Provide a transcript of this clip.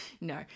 No